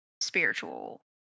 spiritual